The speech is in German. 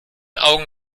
augen